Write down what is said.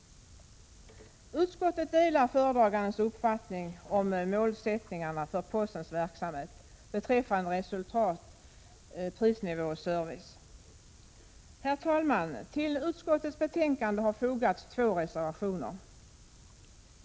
Utskottet delar föredragandens uppfattning om målsättningarna för postens verksamhet beträffande resultat, prisnivå och service. Herr talman! Till utskottets betänkande har fogats två reservationer.